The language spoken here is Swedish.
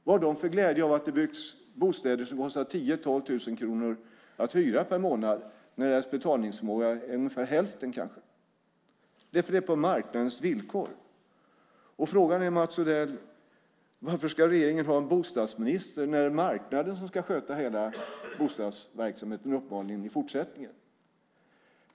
Vad har de för glädje av att det byggs bostäder som kostar 10 000-12 000 kronor att hyra per månad, medan deras betalningsförmåga är kanske hälften? Det är på marknadens villkor. Frågan är, Mats Odell: Varför ska regeringen ha en bostadsminister när det är marknaden som uppenbarligen ska sköta hela bostadsverksamheten i fortsättningen?